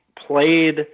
played